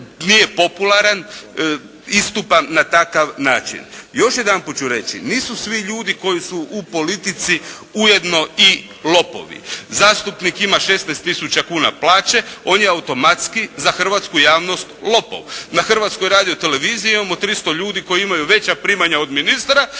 nije popularan, istupam na takav način. Još jedanput ću reći. Nisu svi ljudi koji su u politici ujedno i lopovi. Zastupnik ima 16 tisuća kuna plaće, on je automatski za hrvatsku javnost lopov. Na Hrvatskoj radio televiziji imamo 300 ljudi koji imaju veća primanja od ministara,